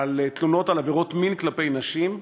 בגין תלונות על עבירות מין כלפי נשים,